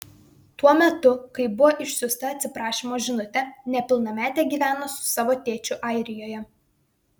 tuo metu kai buvo išsiųsta atsiprašymo žinutė nepilnametė gyveno su savo tėčiu airijoje